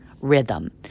rhythm